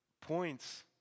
points